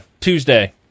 Tuesday